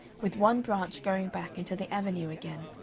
with one branch going back into the avenue again.